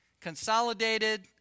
consolidated